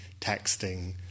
texting